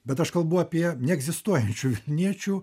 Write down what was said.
bet aš kalbu apie neegzistuojančių vilniečių